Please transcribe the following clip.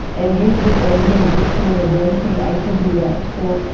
enrich this already existing laboratory, i could do that. so,